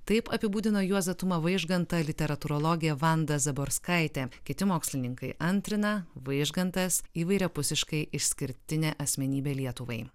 taip apibūdino juozą tumą vaižgantą literatūrologė vanda zaborskaitė kiti mokslininkai antrina vaižgantas įvairiapusiškai išskirtinė asmenybė lietuvai